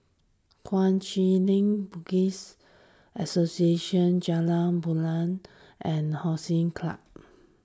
Kuang Chee Tng Buddhist Association Jalan Rimau and Hollandse Club